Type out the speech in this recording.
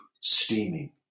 steaming